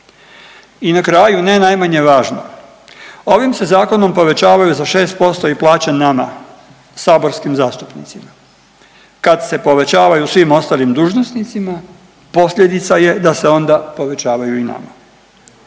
I na kraju ne najmanje važno. Ovim se zakonom povećavaju za 6% i plaće nama saborskim zastupnicima. Kad se povećavaju svim ostalim dužnosnicima posljedica je da se onda povećavaju i nama